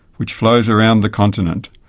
which flows around the continent,